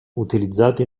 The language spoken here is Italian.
utilizzati